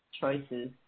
choices